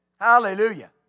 hallelujah